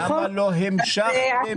למה לא המשכתם את זה?